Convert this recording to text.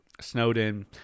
Snowden